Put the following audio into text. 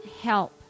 help